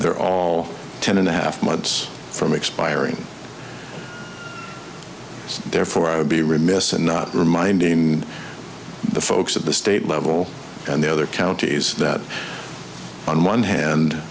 they're all ten and a half months from expiring so therefore i would be remiss in not reminding the folks at the state level and the other counties that on one hand